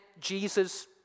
Jesus